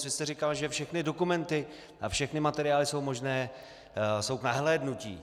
Vy jste říkal, že všechny dokumenty a všechny materiály jsou možné k nahlédnutí.